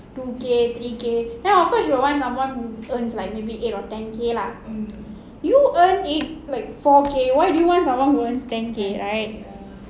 two K three K then of course she will want someone earns like maybe eight K or ten K lah you earn eight like four K why do you want someone who earns ten K right